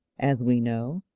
as we know,